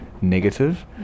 negative